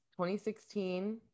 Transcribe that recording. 2016